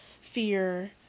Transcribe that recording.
fear